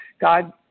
God